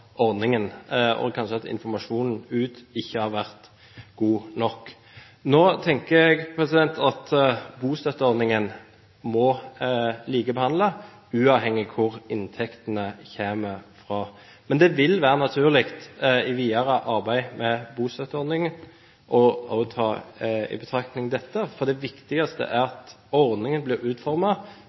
og kanskje at informasjonen ut ikke har vært god nok. Nå tenker jeg at bostøtteordningen må likebehandle, uavhengig av hvor inntektene kommer fra. Men det vil være naturlig i videre arbeid med bostøtteordningen å ta dette i betraktning, for det viktigste er at ordningen blir